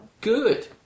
Good